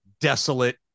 desolate